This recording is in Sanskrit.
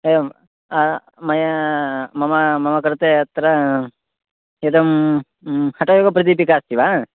एवम् अ मया मम मम कृते अत्र इदं हठयोगप्रदीपिका अस्ति वा